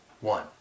one